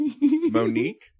Monique